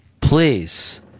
please